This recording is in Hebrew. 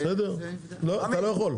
אתה לא יכול.